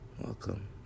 welcome